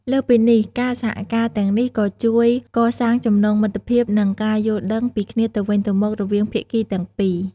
លើសពីនេះ ការសហការទាំងនេះក៏ ជួយកសាងចំណងមិត្តភាព និងការយល់ដឹងពីគ្នាទៅវិញទៅមក រវាងភាគីទាំងពីរ។